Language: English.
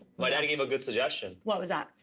my dad gave a good suggestion. what was that?